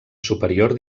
superior